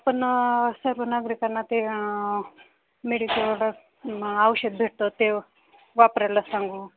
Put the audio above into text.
आपण सर्व नागरिकांना ते मेडिकल औषध भेटतं ते वापरायला सांगू